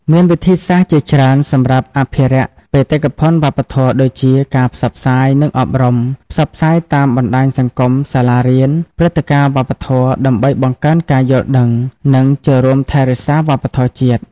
មានវិធីសាស្ត្រជាច្រើនសម្រាប់អភិរក្សបេតិកភណ្ឌវប្បធម៏ដូចជាការផ្សព្វផ្សាយ និងអប់រំ ផ្សព្វផ្សាយតាមបណ្តាញសង្គម សាលារៀន ព្រឹត្តិការណ៍វប្បធម៌ ដើម្បីបង្កើនការយល់ដឹង និង ចូលរួមថែរក្សាវប្បធម៌ជាតិ។